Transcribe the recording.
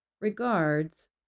Regards